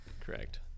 Correct